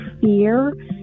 fear